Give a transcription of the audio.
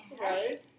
right